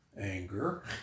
anger